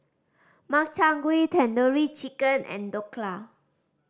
Makchang Gui Tandoori Chicken and Dhokla